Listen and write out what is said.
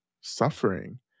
suffering